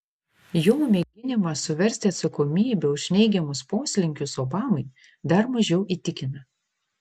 jo mėginimas suversti atsakomybę už neigiamus poslinkius obamai dar mažiau įtikina